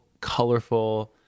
colorful